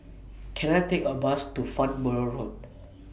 Can I Take A Bus to Farnborough Road